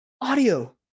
audio